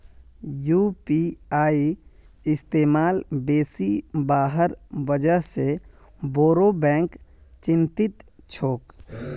UPI इस्तमाल बेसी हबार वजह से बोरो बैंक चिंतित छोक